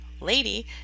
lady